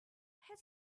had